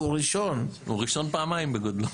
הוא ראשון פעמיים בגודלו.